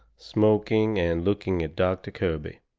smoking and looking at doctor kirby.